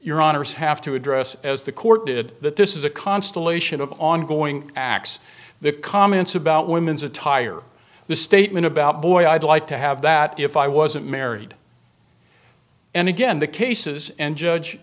your honour's have to address as the court did that this is a constellation of ongoing acts the comments about women's attire the statement about boy i'd like to have that if i wasn't married and again the cases and judge